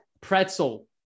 pretzel